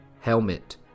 helmet